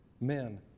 Men